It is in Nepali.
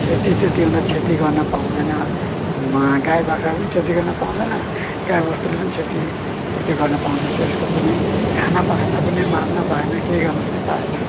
क्षति त्यति हुँदा क्षति गर्न पाउँदैन गाई बाख्राहरू पनि क्षति गर्न पाउँदैन गाईवस्तुले पनि क्षति पुर्ति गर्न पाउँदैन त्यसको पनि खान पाएन भने मार्न पाएन भने के गर्नु पनि पाएन